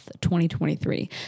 2023